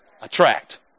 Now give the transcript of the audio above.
attract